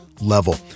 level